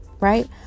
Right